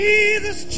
Jesus